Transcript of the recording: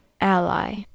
Ally